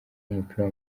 w’umupira